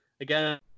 again